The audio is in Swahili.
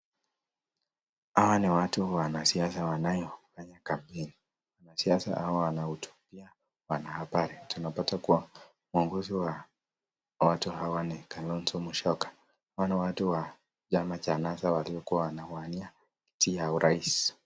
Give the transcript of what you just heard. Hawa ni watu wanasiasa wanaofanya campaign . Wanasiasa hawa wanaongea na wanahabari. Tunapata kuwa mwongozi wa watu hawa ni Kalonzo Musyoka. Wana watu wa chama cha NASA waliokuwa wanawania kiti ya urais.